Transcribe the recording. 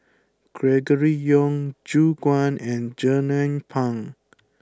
Gregory Yong Gu Juan and Jernnine Pang